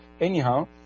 Anyhow